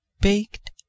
Baked